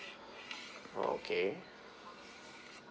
okay